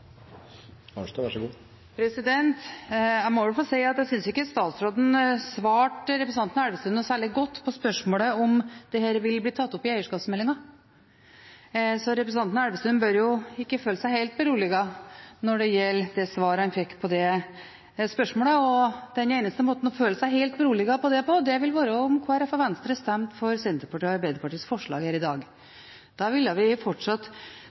Arnstad gjorde godt rede for i sitt innlegg tidligere. Selvfølgelig skal vi diskutere klima og miljø i forbindelse med eierskapsmeldingen. Jeg forutsetter at vi får anledning til å gjøre det når den kommer. Jeg må vel få si at jeg ikke synes statsråden svarte representanten Elvestuen noe særlig godt på spørsmålet om dette vil bli tatt opp i eierskapsmeldingen. Representanten Elvestuen bør ikke føle seg helt beroliget når det gjelder det svaret han fikk på det spørsmålet. Den eneste måten å føle seg helt beroliget på, vil være om Kristelig Folkeparti og Venstre stemmer for